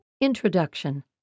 Introduction